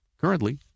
currently